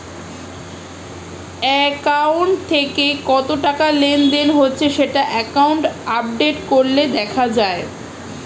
account থেকে কত টাকা লেনদেন হয়েছে সেটা অ্যাকাউন্ট আপডেট করলে দেখা যায়